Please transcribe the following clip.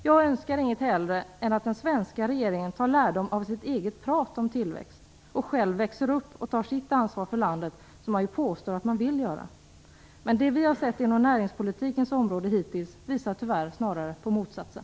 Jag önskar inget hellre än att den svenska regeringen tar lärdom av sitt eget prat om tillväxt och själv växer upp och tar sitt ansvar för landet, som man ju påstår att man vill göra. Men det vi har sett inom näringspolitikens område hittills visar tyvärr snarare på motsatsen.